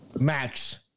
max